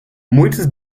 muitos